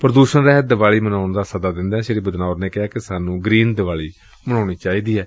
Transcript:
ਪ੍ਦੂਸ਼ਣ ਰਹਿਤ ਦੀਵਾਲੀ ਮਨਾਉਣ ਦਾ ਸੱਦਾ ਦਿੰਦਿਆਂ ਸ੍ਰੀ ਬਦਨੌਰ ਨੇ ਕਿਹਾ ਕਿ ਸਾਨੁੰ ਗਰੀਨ ਦੀਵਾਲੀ ਮਨਾਉਣੀ ਚਾਹੀਦੀ ਏ